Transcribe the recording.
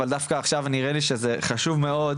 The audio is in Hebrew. אבל דווקא עכשיו ניראה לי שזה חשוב מאוד